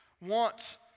want